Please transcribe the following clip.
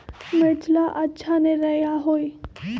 मिर्च ला अच्छा निरैया होई?